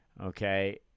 Okay